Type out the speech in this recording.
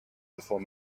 before